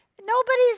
Nobody's